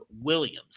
Williams